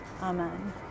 Amen